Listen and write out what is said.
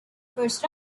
first